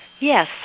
Yes